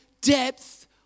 depth